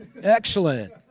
excellent